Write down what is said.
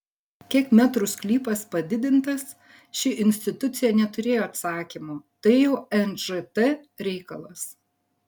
kiek metrų sklypas padidintas ši institucija neturėjo atsakymo tai jau nžt reikalas